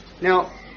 Now